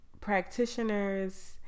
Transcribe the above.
practitioners